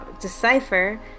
decipher